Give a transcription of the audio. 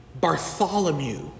Bartholomew